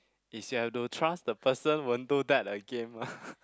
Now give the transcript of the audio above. is you have to trust the person won't do that again mah